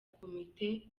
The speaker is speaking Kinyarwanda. komite